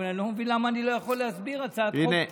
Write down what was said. אבל אני לא מבין למה אני לא יכול להסביר הצעת חוק פשוטה.